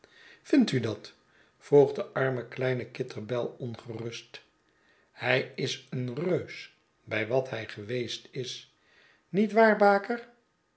vindt u dat vroeg de arme kleine kitterbell ongerust hy is een reus bij wat hij geweest is niet waar baker